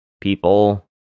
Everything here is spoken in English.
people